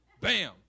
Bam